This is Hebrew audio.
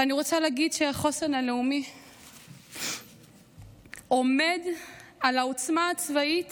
ואני רוצה להגיד שהחוסן הלאומי עומד על העוצמה הצבאית